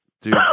dude